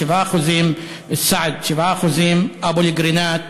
7%; אבו-קרינאת,